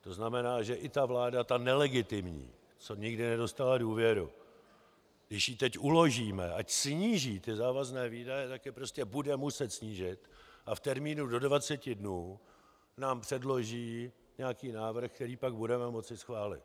To znamená, že i ta vláda, ta nelegitimní, co nikdy nedostala důvěru, když jí teď uložíme, ať sníží závazné výdaje, tak je prostě bude muset snížit a v termínu do 20 dnů nám předloží nějaký návrh, který pak budeme moci schválit.